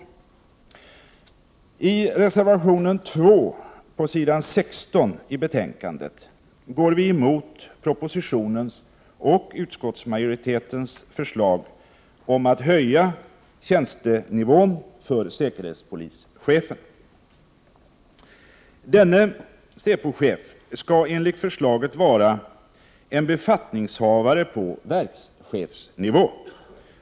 Enligt reservation 2 på s. 16 i betänkandet går vi emot propositionens och utskottsmajoritetens förslag om en höjning av tjänstenivån för säkerhetspolischefen. Säpochefen skall enligt förslaget vara en befattningshavare på verkschefsnivå.